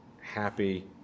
happy